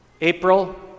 April